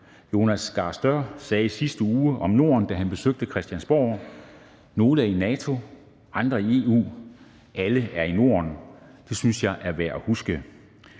Jonas Gahr Støre, sagde i sidste uge om Norden, da han besøgte Christiansborg: Nogle er i NATO, andre er i EU, alle er i Norden. Det synes jeg er værd at huske